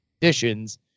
conditions